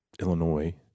Illinois